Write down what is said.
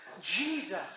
Jesus